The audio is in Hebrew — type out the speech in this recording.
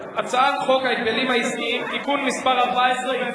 השרים מביעים פליאה על ההתנהלות שלך.